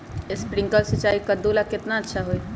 Sprinkler सिंचाई कददु ला केतना अच्छा होई?